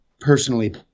personally